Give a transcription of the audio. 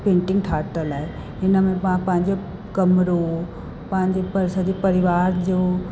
painting ठातल आहे हिनमें मां पंहिंजो कमिरो पंहिंजे सजे परिवार जो